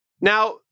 Now